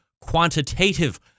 quantitative